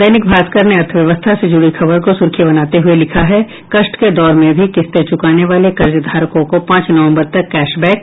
दैनिक भास्कर ने अर्थव्यवस्था से जुड़ी खबर को सुर्खी बनाते हुये लिखा है कष्ट के दौर में भी किस्तें चुकाने वाले कर्जधारकों को पांच नवबंर तक कैशबैक